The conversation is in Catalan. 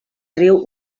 riu